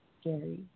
scary